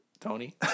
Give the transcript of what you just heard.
Tony